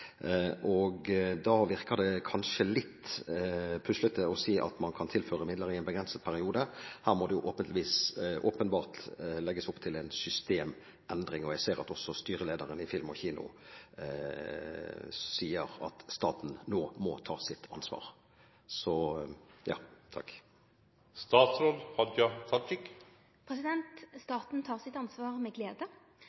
Da virker det kanskje litt puslete å si at man kan tilføre midler i en begrenset periode. Her må det åpenbart legges opp til en systemendring, og jeg ser at også styrelederen i Film & Kino sier at staten nå må ta sitt ansvar.